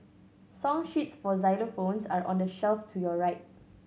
song sheets for xylophones are on the shelf to your right